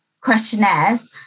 questionnaires